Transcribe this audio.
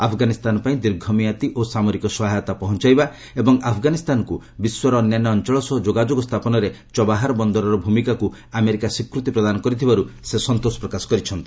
ଆଫ୍ଗାନିସ୍ତାନ ପାଇଁ ଦୀର୍ଘମିଆଦି ଓ ସାମରିକ ସହାୟତା ପହଞ୍ଚାଇବା ଓ ଆଫ୍ଗାନିସ୍ତାନକୁ ବିଶ୍ୱର ଅନ୍ୟାନ୍ୟ ଅଞ୍ଚଳ ସହ ଯୋଗାଯୋଗ ସ୍ଥାପନରେ ଚବାହାର ବନ୍ଦରର ଭୂମିକାକୁ ଆମେରିକା ସ୍ୱୀକୃତି ପ୍ରଦାନ କରିଥିବାରୁ ସେ ସନ୍ତୋଷ ପ୍ରକାଶ କରିଛନ୍ତି